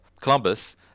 Columbus